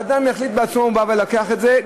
אדם יחליט בעצמו אם הוא בא ולוקח את זה,